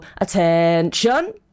attention